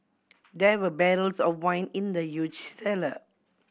there were barrels of wine in the huge cellar